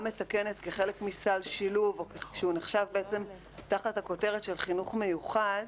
מתקנת כחלק מסל שילוב שנחשב תחת הכותרת של חינוך מיוחד,